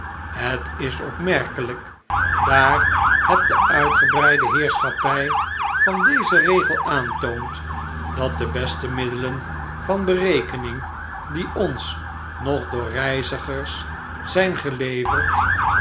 het is opmerkelijk daar het de uitgebreide heerschappij van dezen regel aantoont dat de beste middelen van berekening die ons nog door reizigers zijn geleverd